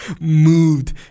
moved